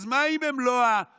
אז מה אם הם לא המיליה,